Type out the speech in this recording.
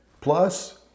plus